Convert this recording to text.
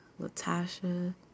Latasha